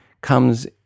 comes